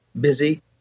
busy